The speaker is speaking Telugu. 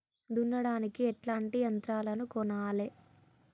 దున్నడానికి ఎట్లాంటి యంత్రాలను కొనాలే?